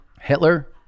Hitler